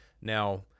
now